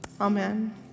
Amen